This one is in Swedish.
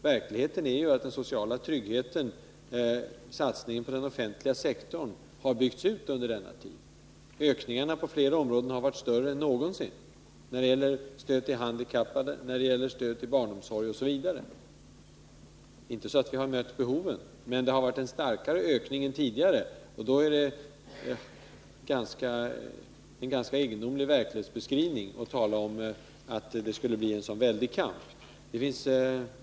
Verkligheten är att den offentliga sektorn har byggts ut under denna tid. Ökningen på flera områden har varit större än någonsin, stödet till handikappade, barnomsorgen osv. Det är inte så att vi har mött behoven, men ökningen har varit starkare än tidigare. Då är det en egendomlig verklighetsbeskrivning att tala om en väldig kamp.